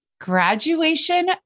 graduation